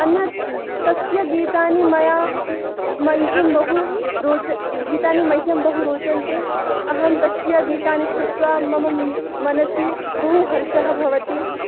अन्यत् तस्य गीतानि मया मह्यं बहुरोच गीतानि मह्यं बहु रोचन्ते अहं तस्य गीतानि श्रुत्वा मम मनसि बहुहर्षः भवति